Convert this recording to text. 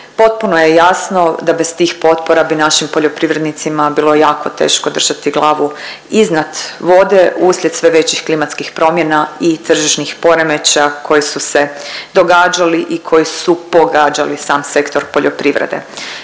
Potpuno je jasno da bez tih potpora bi našim poljoprivrednicima bilo jako teško držati glavu iznad vode uslijed sve većih klimatskih promjena i tržišnih poremećaja koji su se događali i koji su pogađali sam sektor poljoprivrede.